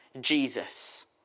Jesus